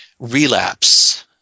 relapse